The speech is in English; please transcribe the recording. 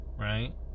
right